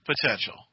Potential